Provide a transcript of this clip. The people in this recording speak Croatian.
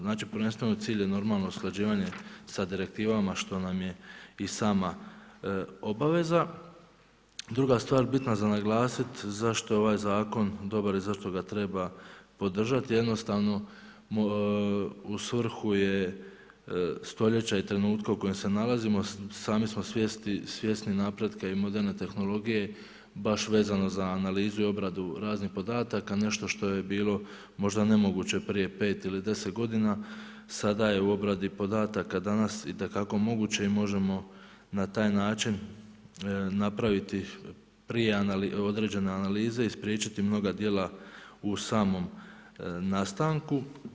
Znači prvenstveno cilj je normalno usklađivanje sa direktivama što nam je i sama obaveza, druga stvar bitno za naglasiti, zašto ovaj zakon dobar i zašto ga treba podržati, jednostavno u svrhu je stoljeća i trenutka u kojem se nalazimo sami smo svjesni napretka i moderna tehnologije, baš vezano za analizu i obradu raznih podataka, nešto što je bilo možda nemoguće, prije 5 ili 10 g. sada je u obradi podatak, danas itekako moguće i možemo na taj način napraviti prije određene analize i spriječiti mnoga djela u samom nastanku.